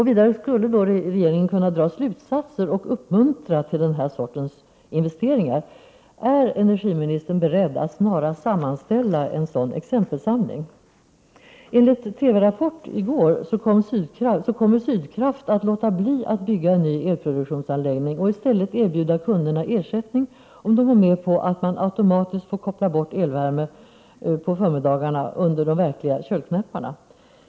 Vidare skulle regeringen kunna dra slutsatser från dessa exempel och uppmuntra till den sortens satsningar. Är energiministern beredd att snarast upprätta en sådan exempelsamling? Enligt en TV-rapport i går kommer Sydkraft att låta bli att bygga en ny elproduktionsanläggning och i stället erbjuda kunderna ersättning om de går med på att man automatiskt får koppla bort elvärmen på förmiddagarna under de verkliga köldknäpparna.